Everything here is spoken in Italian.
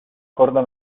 corda